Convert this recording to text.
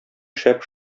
шәп